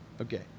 Okay